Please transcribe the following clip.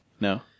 No